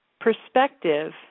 perspective